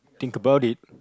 think about it